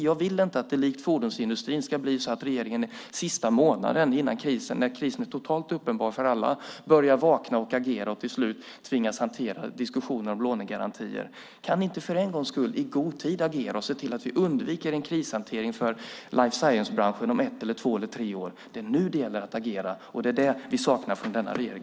Jag vill inte att det likt fordonsindustrin ska bli så att regeringen den sista månaden när krisen är totalt uppenbar för alla börjar vakna och agera och till slut tvingas hantera diskussioner om lånegarantier. Kan ni inte för en gångs skull agera i god tid och se till att vi undviker en krishantering för life science-branschen om ett, två eller tre år? Det är nu det gäller att agera, och det är det vi saknar från denna regering.